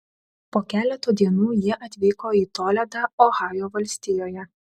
po keleto dienų jie atvyko į toledą ohajo valstijoje